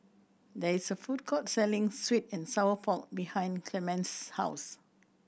there is a food court selling sweet and sour pork behind Clemence's house